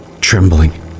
trembling